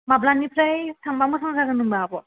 माब्लानिफ्राय थांबा मोजां जागोन होमबा आब'